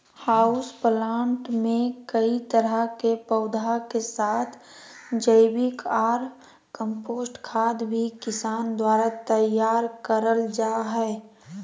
house plant मे कई तरह के पौधा के साथ जैविक ऑर कम्पोस्ट खाद भी किसान द्वारा तैयार करल जा हई